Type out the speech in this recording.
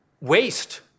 waste